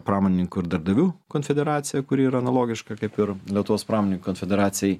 pramonininkų ir darbdavių konfederacija kuri yra analogiška kaip ir lietuvos pramoninkų konfederacijai